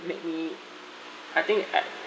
make me I think had